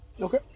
okay